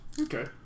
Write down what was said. Okay